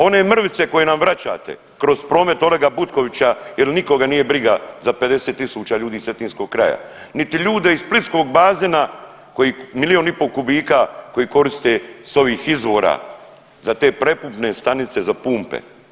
One mrvice koje nam vraćate kroz promet Olega Butkovića, jer nikoga nije briga za 50 000 ljudi iz Cetinskog kraja, niti ljude iz Splitskog bazena koji milijun i pol kubika koje koriste sa ovih izvora za te prekupne stanice za pumpe.